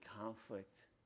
conflict